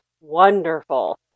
wonderful